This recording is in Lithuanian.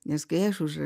nes kai aš už